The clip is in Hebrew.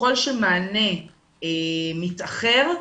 שככל שמענה מתאחר,